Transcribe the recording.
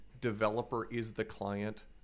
developer-is-the-client